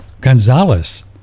Gonzalez